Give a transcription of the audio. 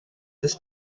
this